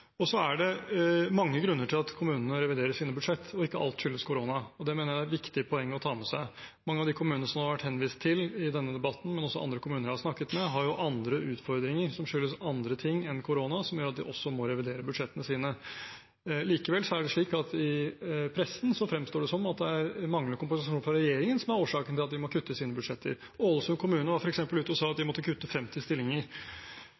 er mange grunner til at kommunene reviderer sine budsjett, og ikke alt skyldes korona. Det mener jeg er et viktig poeng å ta med seg. Mange av kommunene som det har vært henvist til i denne debatten, men også andre kommuner jeg har snakket med, har andre utfordringer, som skyldes andre ting enn korona, som gjør at de også må revidere budsjettene sine. Likevel fremstår det i pressen som at det er manglende kompensasjon fra regjeringen som er årsaken til at de må kutte i sine budsjetter. Ålesund kommune var f.eks. ute og sa at de måtte kutte 50 stillinger.